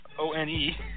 O-N-E